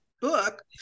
book